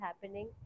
happening